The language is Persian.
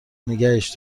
نگهش